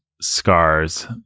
scars